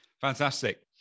fantastic